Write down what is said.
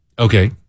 Okay